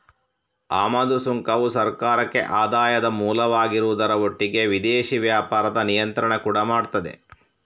ಆಮದು ಸುಂಕವು ಸರ್ಕಾರಕ್ಕೆ ಆದಾಯದ ಮೂಲವಾಗಿರುವುದರ ಒಟ್ಟಿಗೆ ವಿದೇಶಿ ವ್ಯಾಪಾರದ ನಿಯಂತ್ರಣ ಕೂಡಾ ಮಾಡ್ತದೆ